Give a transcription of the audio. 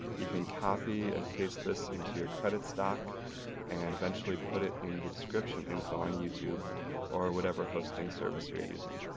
you can copy and paste this into your credits doc and eventually put it in the description info on youtube or whatever hosting service you're using.